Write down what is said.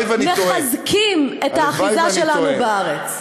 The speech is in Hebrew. מחזקים את האחיזה שלנו בארץ.